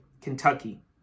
Kentucky